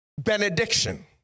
Benediction